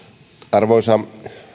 arvoisa